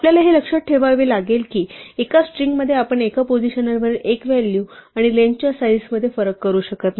आपल्याला हे लक्षात ठेवावे लागेल की एका स्ट्रिंगमध्ये आपण एका पोझिशनवरील एक व्हॅल्यू आणि लेंग्थच्या स्लाइसमध्ये फरक करू शकत नाही